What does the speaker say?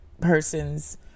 person's